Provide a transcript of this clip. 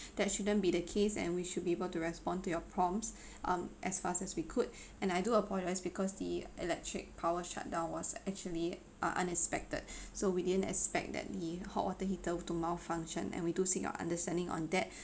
that shouldn't be the case and we should be able to respond to your prompts um as fast as we could and I do apologise because the electric power shutdown was actually uh unexpected so we didn't expect that the hot water heater to malfunction and we do seek your understanding on that